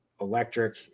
electric